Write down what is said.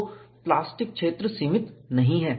तोप्लास्टिक क्षेत्र सीमित नहीं है